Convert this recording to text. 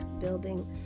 building